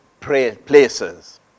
places